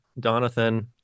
donathan